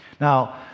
now